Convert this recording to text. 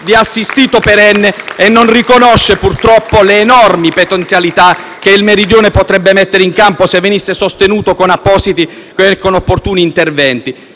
di assistito perenne e che non riconoscono, purtroppo, le enormi potenzialità che il Meridione potrebbe mettere in campo se venisse sostenuto con appositi e opportuni interventi1